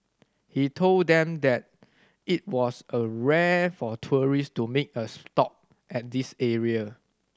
he told them that it was a rare for tourist to make a stop at this area